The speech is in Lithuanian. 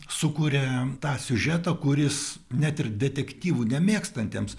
sukuria tą siužetą kuris net ir detektyvų nemėgstantiems